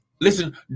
listen